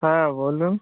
হ্যাঁ বলুন